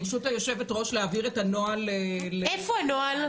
איפה הנוהל?